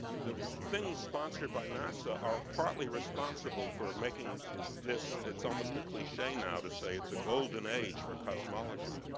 the things sponsored by nasa are partly responsible for making this it's almost a cliche now to say it's a golden age for cosmology,